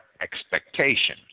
expectation